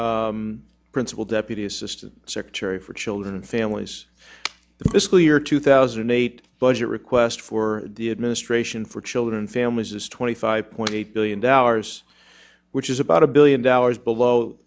schneider principal deputy assistant secretary for children and families this school year two thousand and eight budget request for the administration for children families is twenty five point eight billion dollars which is about a billion dollars below